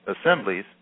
assemblies